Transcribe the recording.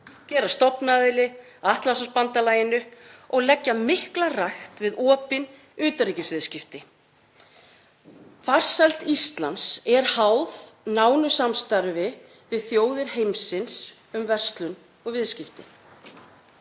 gerast stofnaðili að Atlantshafsbandalaginu og leggja mikla rækt við opin utanríkisviðskipti. Farsæld Íslands er háð nánu samstarfi við þjóðir heimsins um verslun og viðskipti.